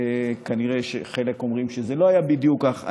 כנראה, חלק אומרים שזה לא היה בדיוק כך.